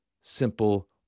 simple